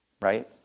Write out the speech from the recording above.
right